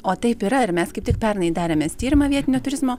o taip yra ir mes kaip tik pernai darėmės tyrimą vietinio turizmo